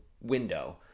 window